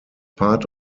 part